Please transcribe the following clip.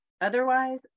Otherwise